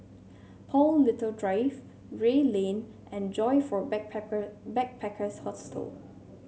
Paul Little Drive Gray Lane and Joyfor Backpackers' Hostel